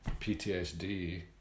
PTSD